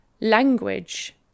language